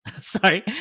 Sorry